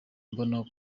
mbona